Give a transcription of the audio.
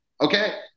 Okay